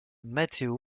matteo